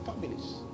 families